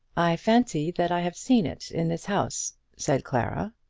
i fancy that i have seen it in this house, said clara.